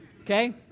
Okay